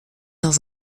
dans